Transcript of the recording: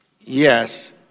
Yes